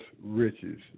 riches